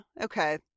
okay